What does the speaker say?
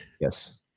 Yes